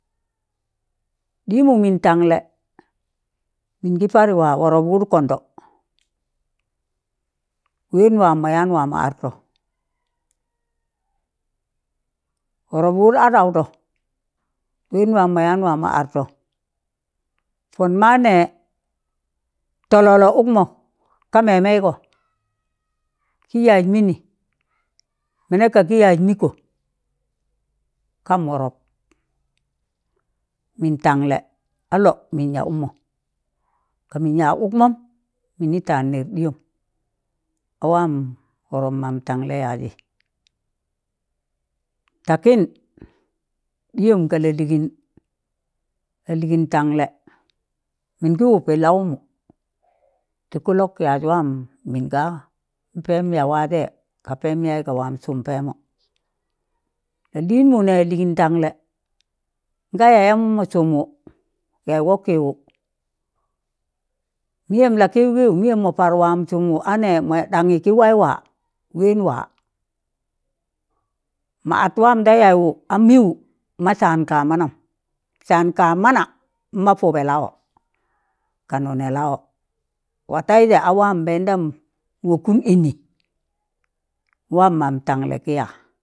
Dịmụ mịn tanlẹ, mịn gị padị wa wọrọp wụd kọndọ, wẹn waam mọ yaan wamọ artọ, wọrọp wụt adawdọ, wẹn waam mọ yaan waamọ artọ pọn ma nẹ tọlọlọ ụkmọ, ka mẹmẹdọ kị yaz mịnị, mẹnẹ ta yaz mịkọ kam wọrọp, mịn tanlẹ alọb mịn ya ụkmọ. Ka mịn yak ụkmọm mịnị taan nẹr ɗịyọm, a waam wọrọp mam tanlẹ yazị, takịn ɗịyọm ka lalịgịn laliigin tanlẹ mịn gị wụpẹ laụmụ tị kụlọk yaz waam mịnga pẹm ya waajẹ, ka pẹm yaị ga waam sụm pẹmọ lalịnmu nẹ, lịgịn tanlẹ da yayam mọ sụmwụ yaị wọkịwụ, mịyẹm lakiụgịụ mịyẹm mọ par wam sụmwụ anẹ, mọɗange gị wai wa ween wa ma at waam da yaịwụ a mịwụ, ma san kamanam, san kamana imma pụbe lawo ka nunee lawo watauji awam mbeendan wokkun ini nwam tanle gi ya.